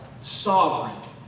sovereign